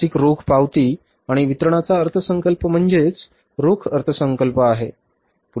मासिक रोख पावती आणि वितरणाचा अर्थसंकल्प म्हणजेच रोख अर्थसंकल्प आहे